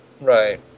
Right